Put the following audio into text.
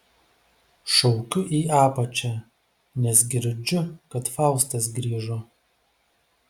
šaukiu į apačią nes girdžiu kad faustas grįžo